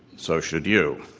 so should you.